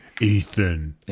Ethan